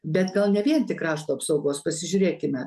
bet gal ne vien tik krašto apsaugos pasižiūrėkime